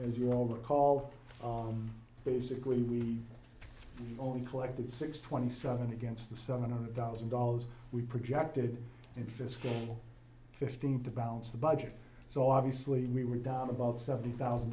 old call home basically we only collected six twenty seven against the seven hundred thousand dollars we projected in fiscal fifteen to balance the budget so obviously we were down about seventy thousand